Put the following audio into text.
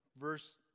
Verse